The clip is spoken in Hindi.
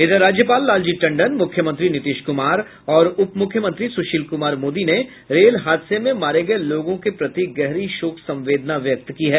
इधर राज्यपाल लालजी टंडन मुख्यमंत्री नीतीश कुमार और उपमुख्मंत्री सुशील कुमार ने रेल हादसे में मारे गये लोगों के प्रति गहरी शोक संवेदना व्यक्त की है